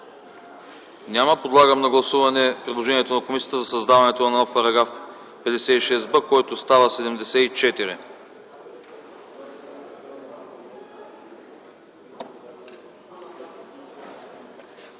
Няма. Подлагам на гласуване предложението на комисията за създаването на нов § 56б, който става § 74.